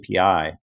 API